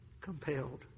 compelled